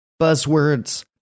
buzzwords